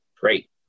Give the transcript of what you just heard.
Great